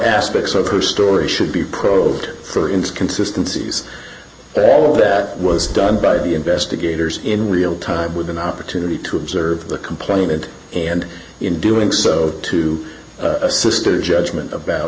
aspects of her story should be probed for into consistencies all of that was done by the investigators in real time with an opportunity to observe the complainant and in doing so to a sister judgment about